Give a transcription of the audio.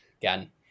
again